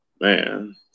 man